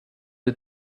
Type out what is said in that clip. did